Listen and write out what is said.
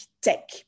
tech